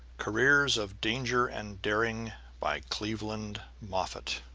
careers of danger and daring by cleveland moffett